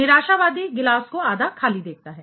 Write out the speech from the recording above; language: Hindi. निराशावादी गिलास को आधा खाली देखता है